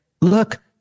look